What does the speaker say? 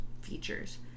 features